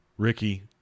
Ricky